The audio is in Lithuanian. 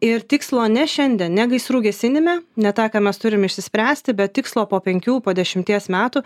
ir tikslo ne šiandien ne gaisrų gesinime ne tą ką mes turim išsispręsti bet tikslo po penkių po dešimties metų